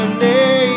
name